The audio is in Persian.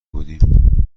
بودیم